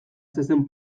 zezen